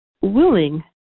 willing